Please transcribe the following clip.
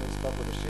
לפני כמה חודשים,